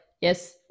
yes